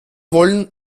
wollen